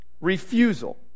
Refusal